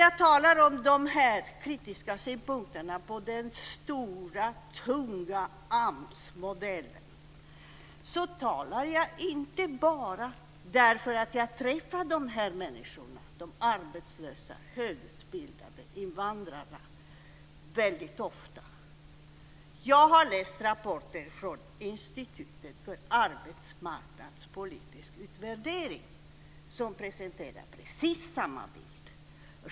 Jag talar inte om de här kritiska synpunkterna på den stora tunga AMS-modellen bara därför att jag träffar de här människorna, de arbetslösa högutbildade invandrarna, väldigt ofta. Jag har läst rapporter från Institutet för arbetsmarknadspolitisk utvärdering som presenterar precis samma bild.